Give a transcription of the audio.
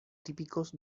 típicos